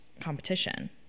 competition